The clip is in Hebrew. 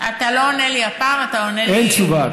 אתה לא עונה לי הפעם, אתה עונה לי, אין תשובה.